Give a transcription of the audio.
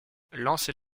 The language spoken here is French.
lancer